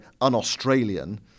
un-Australian